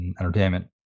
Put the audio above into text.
entertainment